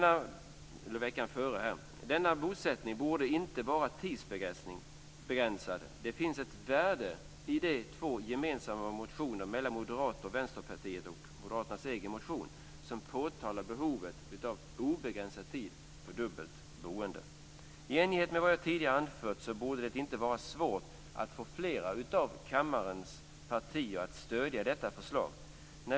Avdraget för dubbel bosättning borde inte vara tidsbegränsat. Det finns ett värde i Moderaternas och Vänsterpartiets gemensamma motion och i Moderaternas egen motion, där behovet av obegränsad tid för avdrag för dubbelt boende påtalas. I enlighet med vad jag tidigare anfört borde det inte vara svårt att få fler av kammarens partier att stödja detta förslag.